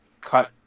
cut